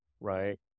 right